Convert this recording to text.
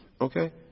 Okay